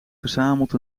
verzameld